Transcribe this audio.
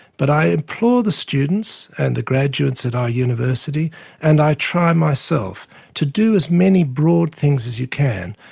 but i applaud the students and the graduates at our university and i try myself to do as many broad things as you can.